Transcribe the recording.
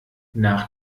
nach